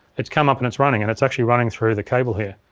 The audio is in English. it's come up and it's running and it's actually running through the cable here.